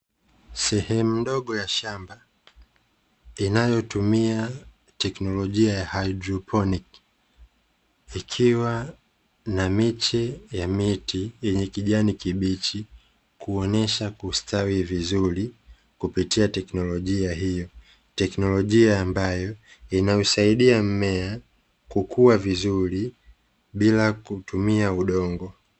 Sehemu ndogo ya shamba inayotumia tekinolojia ya haidroponi, ikiwa na miche ya miti yenye kijani kibichi, kuonesha kustawi vizuri kupitia tekinolojia hiyo, teknolojia ambayo inausaidia mmea kukua vizuri bila kutumia udongo.